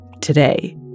today